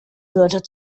wörter